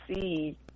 see